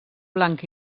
blanc